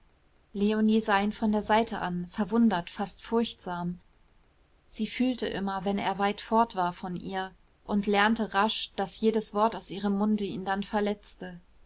leonie sah ihn von der seite an verwundert fast furchtsam sie fühlte immer wenn er weit fort war von ihr und lernte rasch daß jedes wort aus ihrem munde ihn dann verletzte